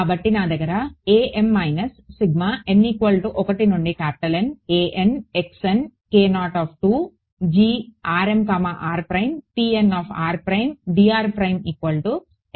కాబట్టి నా దగ్గర ఉంది